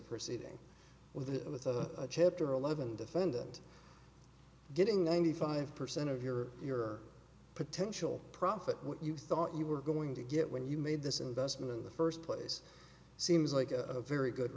proceeding with it with a chapter eleven defendant getting ninety five percent of your your potential profit what you thought you were going to get when you made this investment in the first place seems like a very good